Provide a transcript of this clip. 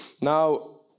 Now